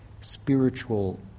spiritual